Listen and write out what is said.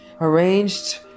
arranged